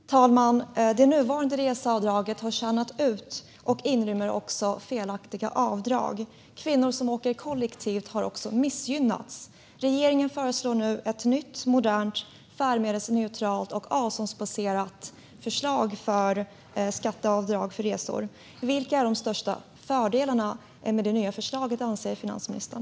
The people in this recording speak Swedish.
Fru talman! Det nuvarande reseavdraget har tjänat ut och inrymmer även felaktiga avdrag. Kvinnor som åker kollektivt har också missgynnats. Regeringen föreslår nu ett nytt, modernt, färdmedelsneutralt och avståndsbaserat system för skatteavdrag för resor. Vilka är de största fördelarna med det nya förslaget, anser finansministern?